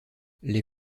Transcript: les